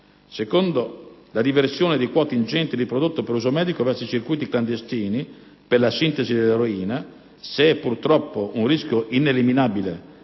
luogo, la "diversione" di quote ingenti di prodotto per uso medico verso i circuiti clandestini per la sintesi dell'eroina, se è purtroppo un rischio ineliminabile